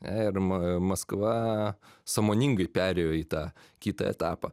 ir ma maskva sąmoningai perėjo į tą kitą etapą